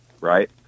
right